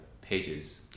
pages